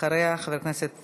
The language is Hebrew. אחריה, חבר הכנסת